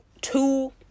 two